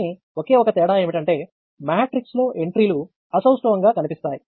కానీ ఒకే ఒక తేడా ఏమిటంటే మ్యాట్రిక్స్లో ఎంట్రీలు అసౌష్టవం గా కనిపిస్తాయి